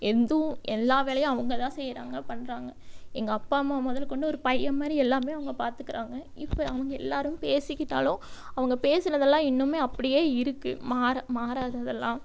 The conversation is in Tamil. எந்துவும் எல்லா வேலையும் அவங்க தான் செய்கிறாங்க பண்ணுறாங்க எங்கள் அப்பா அம்மா முதலு கொண்டு ஒரு பையன் மாதிரி எல்லாமே அவங்க பார்த்துக்கறாங்க இப்போ அவங்க எல்லாரும் பேசிக்கிட்டாலும் அவங்க பேசுனதெல்லாம் இன்னுமே அப்படியே இருக்குது மாறா மாறாது அதெலாம்